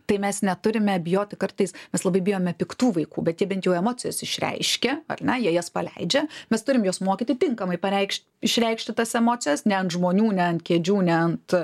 tai mes neturime bijoti kartais mes labai bijome piktų vaikų bet jie bent jau emocijas išreiškia ar ne jie jas paleidžia mes turim juos mokyti tinkamai pareikš išreikšti tas emocijas ne ant žmonių ne ant kėdžių ne ant